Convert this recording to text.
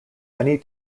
many